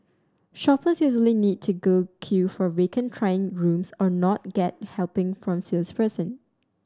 shoppers usually need to go queue for vacant trying rooms or not get helping from salesperson